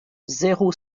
zéro